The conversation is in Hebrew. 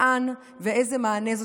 לאן ואיזה מענה לתת.